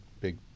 big